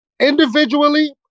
Individually